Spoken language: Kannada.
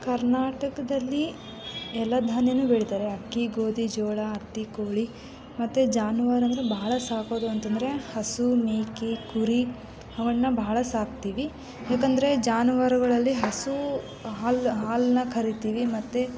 ಕರ್ನಾಟಕದಲ್ಲಿ ಎಲ್ಲ ಧಾನ್ಯನೂ ಬೆಳೀತಾರೆ ಅಕ್ಕಿ ಗೋಧಿ ಜೋಳ ಹತ್ತಿ ಕೋಳಿ ಮತ್ತೆ ಜಾನುವಾರುಗಳಲ್ಲಿ ಬಹಳ ಸಾಕೋದು ಅಂತಂದರೆ ಹಸು ಮೇಕೆ ಕುರಿ ಅವನ್ನು ಬಹಳ ಸಾಕ್ತೀವಿ ಯಾಕೆಂದರೆ ಜಾನುವಾರುಗಳಲ್ಲಿ ಹಸುವು ಹಾಲು ಹಾಲನ್ನ ಕರಿತೀವಿ ಮತ್ತೆ